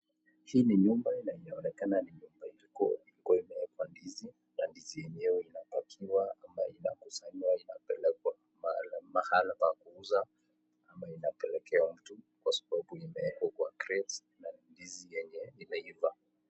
Hii ni nyumba inayoonekana ni nyumba ilikuwa ilikuwa imewekwa ndizi na ndizi yenyewe inapakia ama inakusanywa inapelekwa mahala pa kuuza ama inapelekewa mtu kwa sababu imewekwa crates na ni ndizi yenye imeiva.